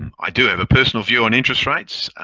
i do have a personal view on interest rates.